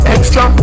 Extra